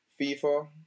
FIFA